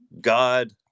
God